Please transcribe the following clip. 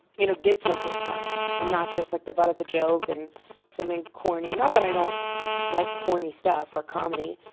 you know, get something from and not just like the butt of the joke and something corny not that i don't like corny stuff or comedy.